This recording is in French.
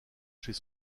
chez